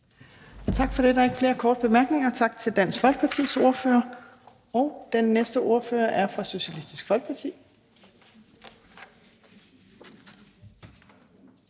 Tak for det. Der er ikke flere korte bemærkninger. Tak til Dansk Folkepartis ordfører, og den næste ordfører er fra Socialistisk Folkeparti,